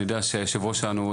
אני יודע שהיושב ראש שלנו,